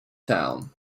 town